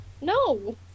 No